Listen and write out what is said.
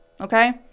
okay